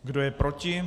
Kdo je proti?